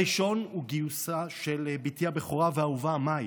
הראשון הוא גיוסה של בתי הבכורה והאהובה, מאי,